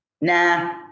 nah